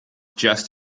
just